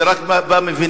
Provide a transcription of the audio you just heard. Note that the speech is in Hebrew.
ורק בה מבינים,